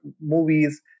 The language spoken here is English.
movies